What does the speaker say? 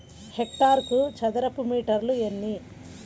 హెక్టారుకు చదరపు మీటర్లు ఎన్ని?